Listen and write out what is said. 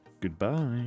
Goodbye